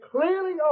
clearly